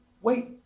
Wait